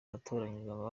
yatoranyijwe